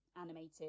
animated